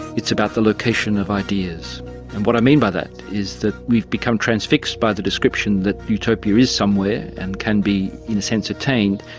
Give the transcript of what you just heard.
it's about the location of ideas. and what i mean by that is that we've become transfixed by the description that utopia is somewhere and can be, in a sense, attained,